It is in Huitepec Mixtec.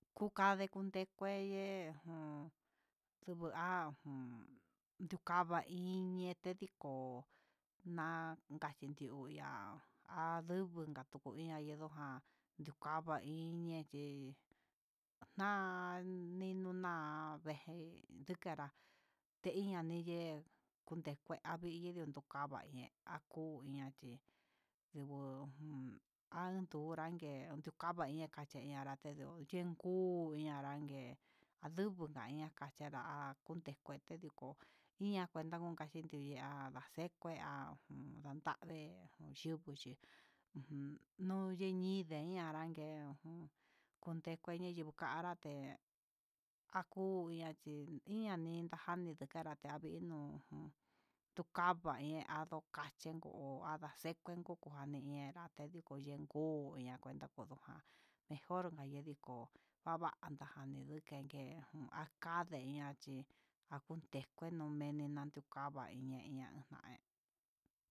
Kukade kutenkuye jun dukuva'a jun ndukava iin, ñeteko nan kukachi ihú ya'a, andubu ndute ihá ndojan ñukava iñiti, na'a ninuna venjé inkara teiña niyee, kutenkue avii ndukada hí akuu ñachí, nduju jun anduu nraké nduvachiá ndu anrake ihó yenkuu yanrangue andubu kaña kaché nrá kuni cuete ndukoo iña, ña cuentaña na'a chinduya'a ndaxeke an nguu ndavee un yiku chí, ujun ño'o ñeñinde ña'a anrangue jun kundeku anrayete akuu ñachin ihá, ndijan kanria nikava ninuu, tukava ña'a ndukanchí nguu hó andichi kuenko axhí ñe'e ñerante ndekuu ña'a kuenta kuu ndujan hé ndiforme ndikuu ñaá cuenta kudujan mejor ña'a na ndijó há vankii kuta vengueje, jun akandeña chí kutuken veneno kukava'a ine iniña jaí.